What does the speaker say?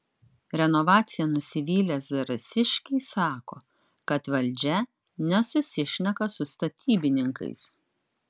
renovacija nusivylę zarasiškiai sako kad valdžia nesusišneka su statybininkais